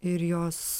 ir jos